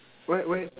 where where